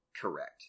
Correct